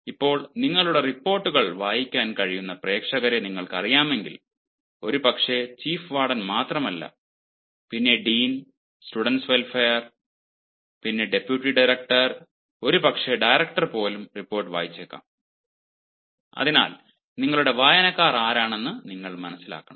ഇപ്പോൾ നിങ്ങളുടെ റിപ്പോർട്ടുകൾ വായിക്കാൻ കഴിയുന്ന പ്രേക്ഷകരെ നിങ്ങൾക്കറിയാമെങ്കിൽ ഒരുപക്ഷേ ചീഫ് വാർഡൻ മാത്രമല്ല പിന്നെ dean students welfare dean students welfare പിന്നെ ഡെപ്യൂട്ടി ഡയറക്ടർ ഒരുപക്ഷേ ഡയറക്ടർ പോലും റിപ്പോർട്ട് വായിച്ചേക്കാം അതിനാൽ നിങ്ങളുടെ വായനക്കാർ ആരാണെന്ന് നിങ്ങൾ മനസ്സിലാക്കണം